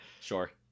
sure